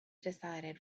decided